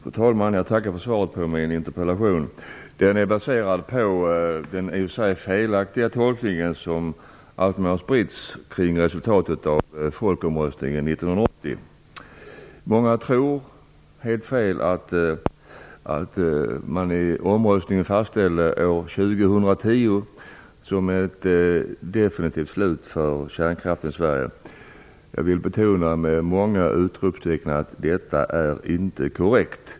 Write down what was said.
Fru talman! Jag tackar för svaret på min interpellation. Den är baserad på den felaktiga tolkning som alltmer har spritts kring resultatet av folkomröstningen 1980. Många tror, vilket är helt fel, att man i omröstningen fastställde år 2010 som ett definitivt slut för kärnkraften i Sverige. Jag vill betona att detta inte är korrekt!